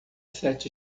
sete